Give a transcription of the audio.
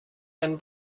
and